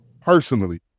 personally